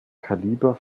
kaliber